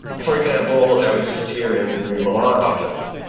for example, i was just here in the milan office.